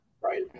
right